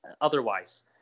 otherwise